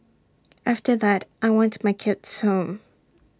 after that I want my kids home